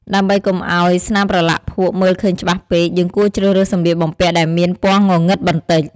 ដើម្បីកុំឲ្យស្នាមប្រឡាក់ភក់មើលឃើញច្បាស់ពេក យើងគួរជ្រើសរើសសម្លៀកបំពាក់ដែលមានពណ៌ងងឹតបន្តិច។